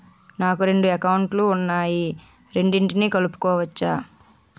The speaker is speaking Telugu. నాకు రెండు అకౌంట్ లు ఉన్నాయి రెండిటినీ కలుపుకోవచ్చా?